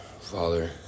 Father